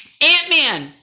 Ant-Man